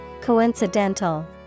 Coincidental